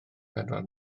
pedwar